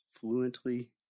fluently